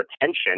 attention